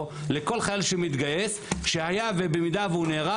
לכל חייל שמתגייס שהיה ובמידה והוא נהרג,